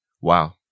wow